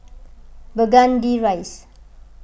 Burgundy Rise